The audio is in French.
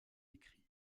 écrits